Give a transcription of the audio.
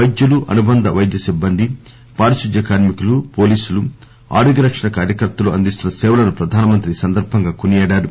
వైద్యులు అనుబంధ వైద్య సిబ్బంది పారిశుద్ద్య కార్మికులు పోలీసులు ఆరోగ్య రక్షణ కార్యకర్తలు అందిస్తున్న సేవలను ప్రధానమంత్రి ఈ సందర్బంగా కోనియాడారు